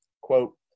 quote